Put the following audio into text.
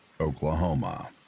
Oklahoma